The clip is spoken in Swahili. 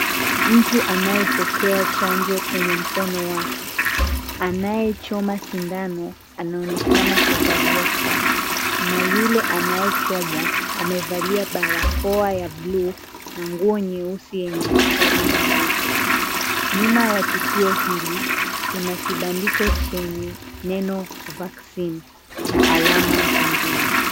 Mtu anayepokea chanjo kwenye mkono wake. Anayechoma sindano anaonekana kuvalia saa na yule anayechomwa amevalia barakoa ya bluu na nguo nyeusi yenye mistari meupe. Nyuma ya tukio hili kuna kibandiko chenye neno vaccine na alama zingine.